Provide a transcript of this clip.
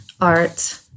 art